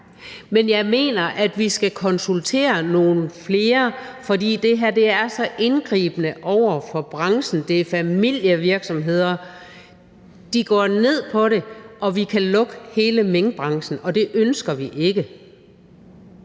men jeg mener, at vi skal konsultere nogle flere, fordi det her er så indgribende over for branchen. Det er familievirksomheder, og de går ned på det. Vi kan lukke hele minkbranchen, og det ønsker vi ikke.